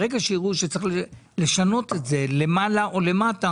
ברגע שיראו שצריך לשנות את זה למעלה או למטה